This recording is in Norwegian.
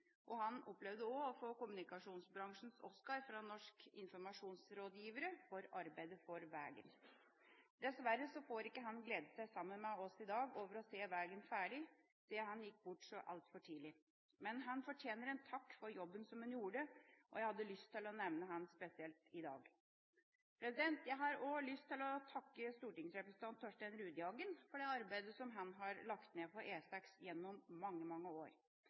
og han opplevde også å få kommunikasjonsbransjens Oscar fra Norske Informasjonsrådgivere for arbeidet for veien. Dessverre får han ikke gledet seg sammen med oss i dag over å se veien ferdig, siden han gikk bort så altfor tidlig. Men han fortjener en takk for jobben som han gjorde, og jeg hadde lyst til å nevne han spesielt i dag. Jeg har også lyst til å takke stortingsrepresentant Torstein Rudihagen for det arbeidet som han har lagt ned for E6 gjennom mange, mange år.